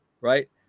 right